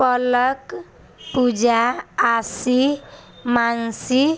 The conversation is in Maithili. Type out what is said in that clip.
पलक पूजा आशी मानसी